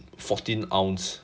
fourteen ounce